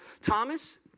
Thomas